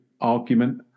argument